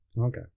Okay